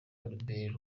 albert